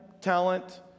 talent